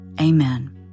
Amen